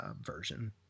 version